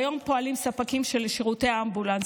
כיום פועלים ספקים של שירותי אמבולנס,